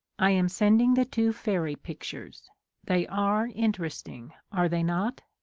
i am sending the two fairy pictures they are interesting, are they not?